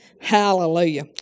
Hallelujah